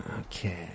Okay